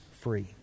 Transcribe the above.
free